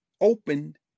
opened